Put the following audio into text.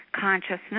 consciousness